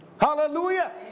hallelujah